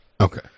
Okay